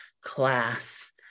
class